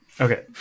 Okay